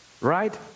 Right